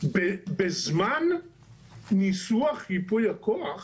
בזמן ניסוח ייפוי הכוח